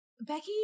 Becky